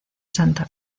santa